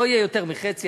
לא יהיה יותר מחצי,